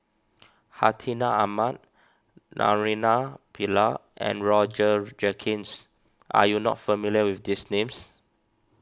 Hartinah Ahmad Naraina Pillai and Roger Jenkins are you not familiar with these names